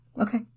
Okay